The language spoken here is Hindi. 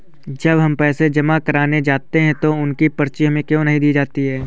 जब हम पैसे जमा करने जाते हैं तो उसकी पर्ची हमें क्यो नहीं दी जाती है?